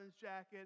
jacket